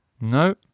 No